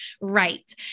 Right